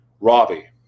Robbie